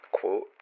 quote